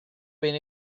ben